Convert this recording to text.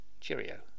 cheerio